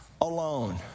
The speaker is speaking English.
alone